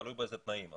ותלוי באיזה תנאים,